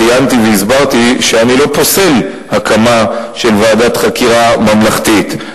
ציינתי והסברתי שאני לא פוסל הקמה של ועדת חקירה ממלכתית,